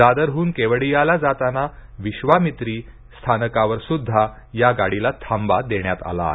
दादरहून केवडियाला जाताना विश्वामित्री स्थानकावर सुद्धा या गाडीला थांबा देण्यात आला आहे